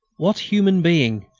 what human being,